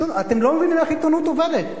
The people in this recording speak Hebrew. אתם לא מבינים איך עיתונות עובדת.